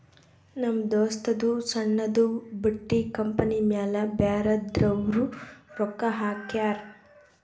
ನಮ್ ದೋಸ್ತದೂ ಸಣ್ಣುದು ಬಟ್ಟಿ ಕಂಪನಿ ಮ್ಯಾಲ ಬ್ಯಾರೆದವ್ರು ರೊಕ್ಕಾ ಹಾಕ್ಯಾರ್